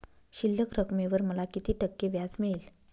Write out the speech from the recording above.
शिल्लक रकमेवर मला किती टक्के व्याज मिळेल?